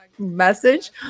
Message